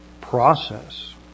process